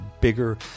bigger